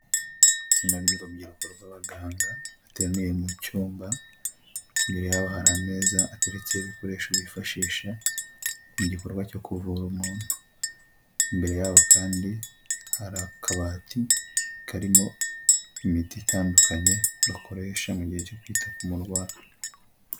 Itsinda ry'urubyiruko rw'abaganga bateraniye mu cyumba, imbere yabo hari ameza ateretseho ibikoresho bifashisha mu gikorwa cyo kuvura umuntu, imbere yabo kandi hari akabati karimo imiti itandukanye bakoresha mu gihe cyo kwita ku murwayi.